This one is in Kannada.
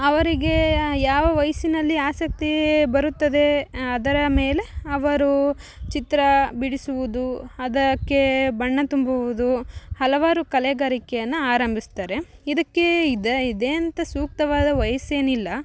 ಅವರಿಗೆ ಯಾವ ವಯಸ್ಸಿನಲ್ಲಿ ಆಸಕ್ತಿ ಬರುತ್ತದೆ ಅದರ ಮೇಲೆ ಅವರು ಚಿತ್ರ ಬಿಡಿಸುವುದು ಅದಕ್ಕೆ ಬಣ್ಣ ತುಂಬುವುದು ಹಲವಾರು ಕಲೆಗಾರಿಕೆಯನ್ನು ಆರಂಭಿಸ್ತಾರೆ ಇದಕ್ಕೆ ಇದು ಇದಂತ ಸೂಕ್ತವಾದ ವಯಸ್ಸೆನಿಲ್ಲ